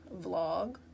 vlog